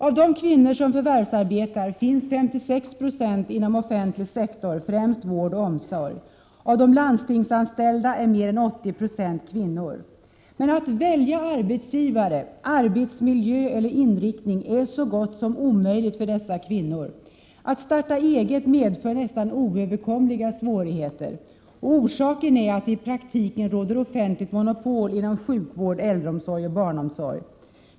Av de kvinnor som förvärvsarbetar finns 56 96 inom offentlig sektor, främst vård och omsorg. Av de landstingsanställda är mer än 80 96 kvinnor. Att välja arbetsgivare, arbetsmiljö eller inriktning är så gott som omöjligt för dessa kvinnor. Att starta eget medför nästan oöverkomliga svårigheter. Orsaken är att det i praktiken råder offentligt monopol inom sjukvården, äldreomsorgen och barnomsorgen.